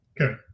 Okay